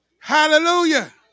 Hallelujah